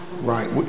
Right